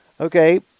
Okay